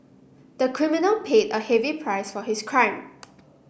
the criminal paid a heavy price for his crime